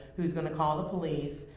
who's gonna call the police,